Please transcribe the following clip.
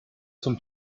zum